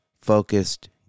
focused